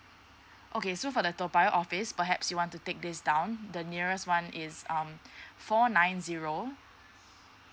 okay so for the toa payoh office perhaps you want to take this down the nearest one is um four nine zero